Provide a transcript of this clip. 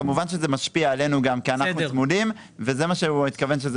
כמובן שזה משפיע עלינו גם כי אנחנו צמודים וזה מה שהוא התכוון.